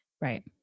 Right